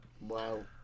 Wow